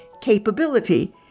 Capability